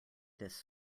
this